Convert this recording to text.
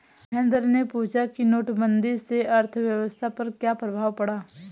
महेंद्र ने पूछा कि नोटबंदी से अर्थव्यवस्था पर क्या प्रभाव पड़ा